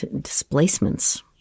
displacements